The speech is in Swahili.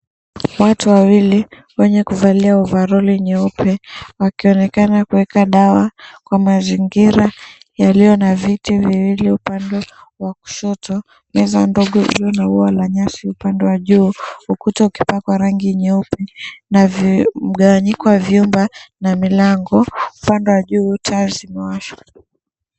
Watu wawili wenye kuvalia overall nyeupe wakionekana kuweka dawa kwa mazingira yaliyo na viti viwili, upande wa kushoto meza ndogo ikiwa na ua la nyasi, upande wa juu ukuta ukiwa ni wa rangi nyeupe na mgawanyiko wa vyumba na mlango, upande wa juu ta zimewashwa.